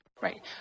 right